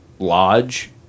lodge